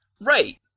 Right